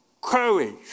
courage